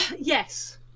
yes